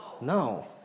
No